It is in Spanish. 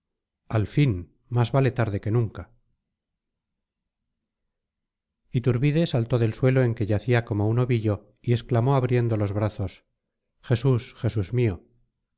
al fin más vale tarde que nunca iturbide saltó del suelo en que yacía como un ovillo y exclamó abriendo los brazos jesús jesús mío